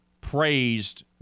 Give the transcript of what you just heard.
praised